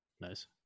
Nice